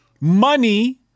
money